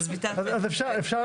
אושרה.